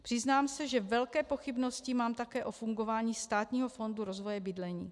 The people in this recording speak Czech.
Přiznám se, že velké pochybnosti mám také o fungování Státního fondu rozvoje bydlení.